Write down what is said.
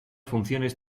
funciones